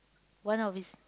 one of his